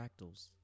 fractals